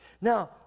Now